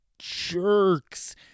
jerks